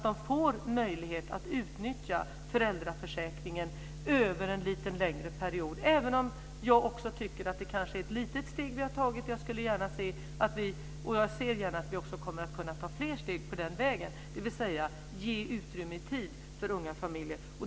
De får möjlighet att utnyttja föräldraförsäkringen över en lite längre period. Även jag kan tycka att det är ett litet steg som har tagits. Jag ser gärna att fler steg tas på den vägen, dvs. ge utrymme i tid för unga familjer.